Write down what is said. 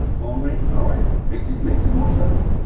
phone rings, alright, make some make some more shirts.